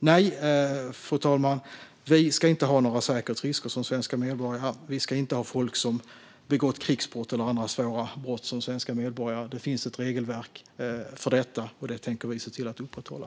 Nej, vi ska inte ha några säkerhetsrisker som svenska medborgare. Vi ska inte ha folk som begått krigsbrott eller andra svåra brott som svenska medborgare. Det finns ett regelverk för detta, och det tänker vi se till att upprätthålla.